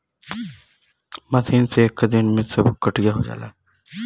machine से एक्के दिन में सब कटिया हो जाला